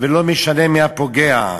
ולא משנה מי הפוגע.